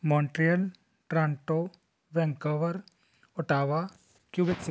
Montreal Toronto Vancouver Ottawa cubics